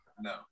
No